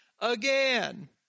again